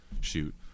shoot